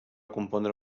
compondre